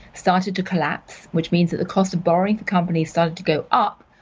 started to collapse which means that cost of borrowing for companies started to go up,